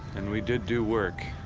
and we did do work.